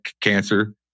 cancer